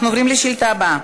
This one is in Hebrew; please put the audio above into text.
אנחנו עוברים לשאילתה הבאה,